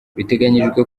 biteganijwe